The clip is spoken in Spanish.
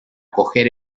coger